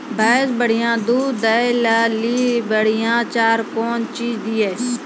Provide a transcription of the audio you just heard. भैंस बढ़िया दूध दऽ ले ली बढ़िया चार कौन चीज दिए?